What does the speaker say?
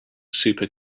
super